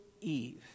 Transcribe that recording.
Eve